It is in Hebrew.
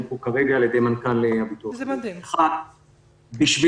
פה כרגע על-ידי מנכ"ל הביטוח הלאומי: 1. כדי